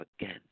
again